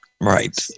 Right